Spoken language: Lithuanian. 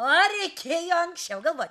beje anksčiau galvoti